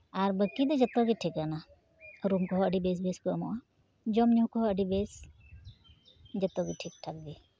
ᱟᱨ ᱵᱟᱹᱠᱤ ᱫᱚ ᱡᱚᱛᱚ ᱜᱮ ᱴᱷᱤᱠᱟᱱᱟ ᱨᱩᱢ ᱠᱚᱦᱚᱸ ᱟᱹᱰᱤ ᱵᱮᱥ ᱵᱮᱥ ᱠᱚ ᱮᱢᱚᱜᱼᱟ ᱡᱚᱢ ᱧᱩ ᱠᱚᱦᱚᱸ ᱟᱹᱰᱤ ᱵᱮᱥ ᱡᱚᱛᱚ ᱜᱮ ᱴᱷᱤᱠᱼᱴᱷᱟᱠ ᱜᱮ